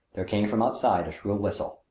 there came from outside a shrill whistle.